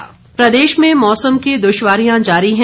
मौसम प्रदेश में मौसम की दुश्वारियां जारी है